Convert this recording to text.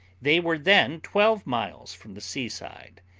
they were then twelve miles from the seaside,